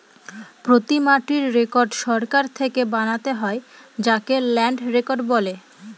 প্রতি মাটির রেকর্ড সরকার থেকে বানাতে হয় যাকে ল্যান্ড রেকর্ড বলে